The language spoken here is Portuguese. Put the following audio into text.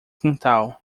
quintal